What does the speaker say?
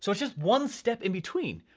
so just one step in-between,